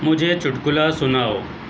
مجھے چٹکلا سناؤ